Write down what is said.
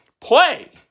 play